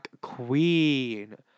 queen